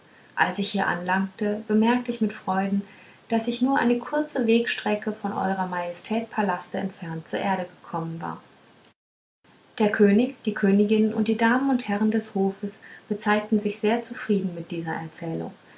als ich hier anlangte bemerkte ich mit freuden das ich nur eine kurze wegstrecke von euer majestät palaste entfernt zur erde gekommen war der könig die königin und die damen und herren des hofes bezeigten sich sehr zufrieden mit dieser erzählung